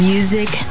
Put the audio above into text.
Music